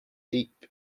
deep